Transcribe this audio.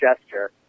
gesture